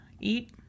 eat